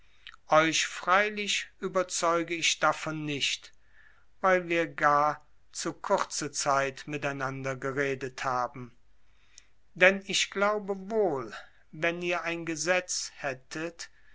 euch freilich überzeuge ich davon nicht weil wir gar zu kurze zeit miteinander geredet haben denn ich glaube wohl wenn ihr ein gesetz hättet